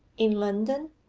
in london,